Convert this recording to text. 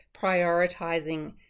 prioritizing